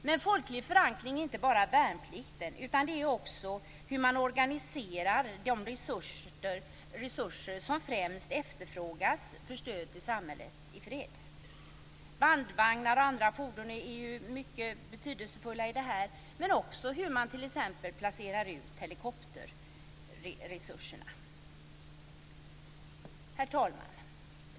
Men folklig förankring är inte bara värnplikten. Det är också hur man organiserar de resurser som främst efterfrågas för stöd till samhället i fred. Bandvagnar och andra fordon är mycket betydelsefulla, men också hur man t.ex. placerar ut helikopterresurserna. Herr talman!